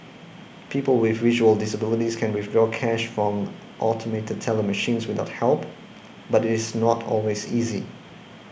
people with visual disabilities can withdraw cash from automated teller machines without help but it is not always easy